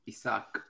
Isaac